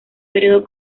periodo